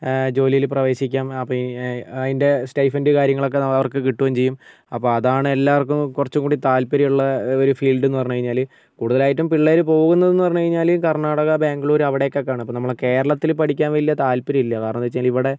ജോലിയിൽ പ്രവേശിക്കാം അപ്പോൾ ഈ അതിൻ്റെ സ്റ്റൈഫൻറ്റ് കാര്യങ്ങളൊക്കെ അവർക്ക് കിട്ടുകേം ചെയ്യും അപ്പം അതാണ് എല്ലാവർക്കും കുറച്ച് കൂടി താല്പര്യമുള്ള ഒരു ഫീൽഡ് എന്ന് പറഞ്ഞ് കഴിഞ്ഞാൽ കൂടുതലായിട്ടും പിള്ളേർ പോകുന്നൂന്ന് പറഞ്ഞ് കഴിഞ്ഞാൽ കർണാടക ബാംഗ്ലൂർ അവിടെക്കൊക്കെയാണ് അപ്പം നമ്മുടെ കേരളത്തിൽ പഠിക്കാൻ വലിയ താല്പര്യമില്ല കാരണം എന്താന്ന് വെച്ച് കഴിഞ്ഞാൽ ഇവിടെ